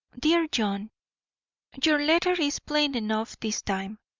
dear john your letter is plain enough this time.